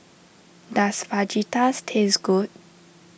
does Fajitas taste good